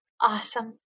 Awesome